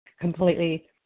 completely